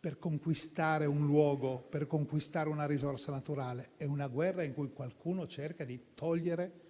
per conquistare un luogo o una risorsa naturale, ma è una guerra in cui qualcuno cerca di togliere